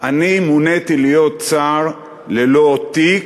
אני מוניתי להיות שר ללא תיק,